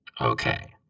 Okay